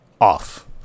off